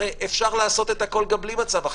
הרי אפשר לעשות את הכול גם בלי מצב החירום.